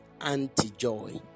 anti-joy